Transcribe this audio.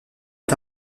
est